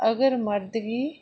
अगर मर्द गी